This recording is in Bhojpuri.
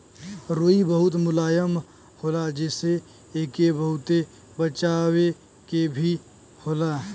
रुई बहुत मुलायम होला जेसे एके बहुते बचावे के भी होला